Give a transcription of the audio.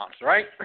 right